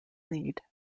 lead